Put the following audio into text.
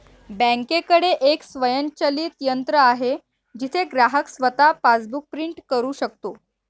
बँकेकडे एक स्वयंचलित यंत्र आहे जिथे ग्राहक स्वतः पासबुक प्रिंट करू शकतो